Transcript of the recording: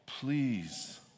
please